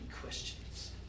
questions